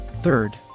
Third